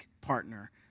partner